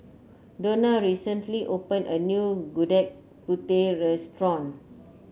Dona recently opened a new Gudeg Putih restaurant